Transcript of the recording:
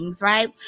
Right